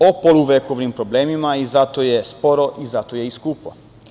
Govorimo o poluvekovnim problemima i zato je sporo i zato je i skupo.